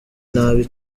nabi